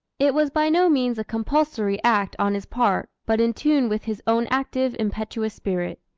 it was by no means a compulsory act on his part, but in tune with his own active, impetuous spirit.